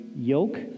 yoke